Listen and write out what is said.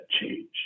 change